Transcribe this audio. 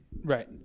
Right